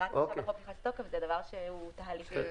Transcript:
זה דבר תהליכי,